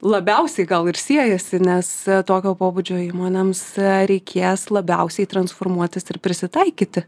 labiausiai gal ir siejasi nes tokio pobūdžio įmonėms reikės labiausiai transformuotis ir prisitaikyti